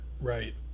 Right